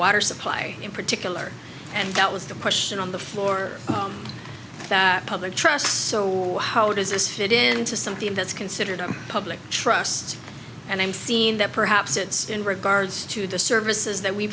water supply in particular and that was the question on the floor on public trust so how does this fit into something that's considered a public trust and i'm seeing that perhaps it's in regards to the services that we